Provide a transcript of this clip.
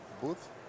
booth